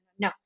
no